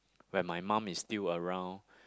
when my mom is still around